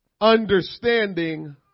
understanding